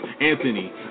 Anthony